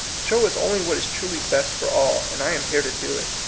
show us only what is truly best for all, and i am here to do it.